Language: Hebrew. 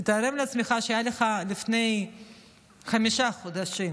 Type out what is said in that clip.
תתאר לעצמך שהיה לך לפני חמישה חודשים